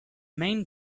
main